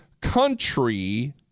country